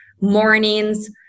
mornings